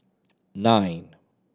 nine